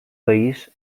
país